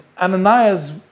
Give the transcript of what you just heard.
Ananias